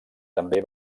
també